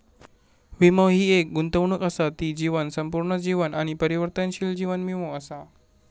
वीमो हि एक गुंतवणूक असा ती जीवन, संपूर्ण जीवन आणि परिवर्तनशील जीवन वीमो असा